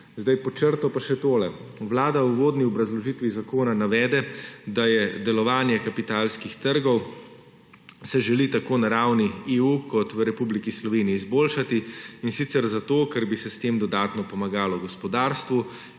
Pod črto pa še tole. Vlada v uvodni obrazložitvi zakona navede, da se delovanje kapitalskih trgov želi tako na ravni EU kot v Republiki Sloveniji izboljšati, in sicer zato, ker bi se s tem dodatno pomagalo gospodarstvu